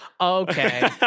okay